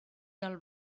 del